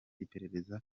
iperereza